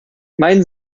mein